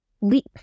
leap